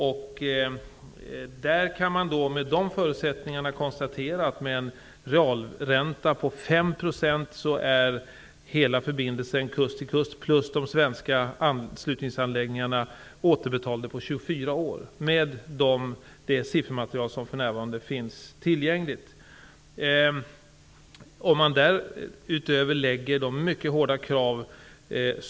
Med det siffermaterial som nu finns tillgängligt kan man konstatera att hela kostnaden för förbindelsen från kust till kust och för de svenska anslutningsanläggningarna är återbetalda på 24 år, om realräntan är 5 %. Vattendomstolen har fastlagt mycket hårda krav.